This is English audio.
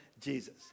Jesus